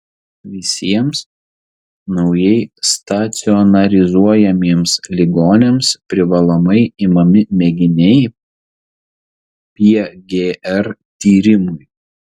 visiems naujai stacionarizuojamiems ligoniams privalomai imami mėginiai pgr tyrimui